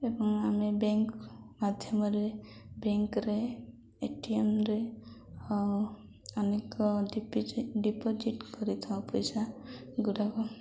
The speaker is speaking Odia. ଏବଂ ଆମେ ବ୍ୟାଙ୍କ ମାଧ୍ୟମରେ ବ୍ୟାଙ୍କରେ ଏଟିଏମ୍ରେ ଆଉ ଅନେକ ଡିପୋଜିଟ୍ କରିଥାଉ ପଇସା ଗୁଡ଼ାକ